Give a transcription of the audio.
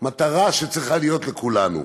המטרה שצריכה להיות לכולנו.